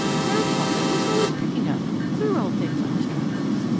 grandfather was always picking up queer old things on his travels.